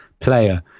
player